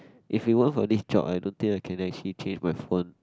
if you went for this job I don't think I can actually change my phone